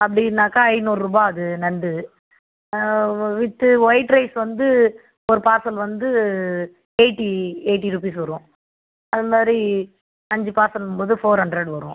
அப்படின்னாக்கா ஐநூருபா அது நண்டு வித் ஒயிட் ரைஸ் வந்து ஒரு பார்சல் வந்து எய்ட்டி எய்ட்டி ரூபீஸ் வரும் அதுமாதிரி அஞ்சு பார்சல்ங்கும்போது ஃபோர் ஹண்ட்ரட் வரும்